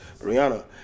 Rihanna